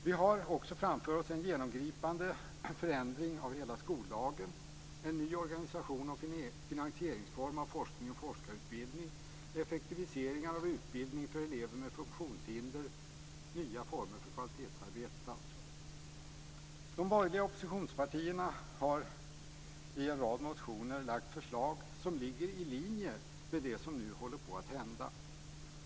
Vi har också framför oss en genomgripande förändring av hela skollagen - en ny organisation och finansieringsform i fråga om forskning och forskarutbildning, effektiviseringar av utbildning för elever med funktionshinder, alltså nya former för kvalitetsarbetet. De borgerliga oppositionspartierna har i en rad motioner väckt förslag som ligger i linje med det som nu håller på att hända.